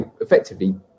effectively